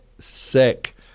sick